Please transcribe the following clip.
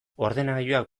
ordenagailuak